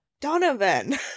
Donovan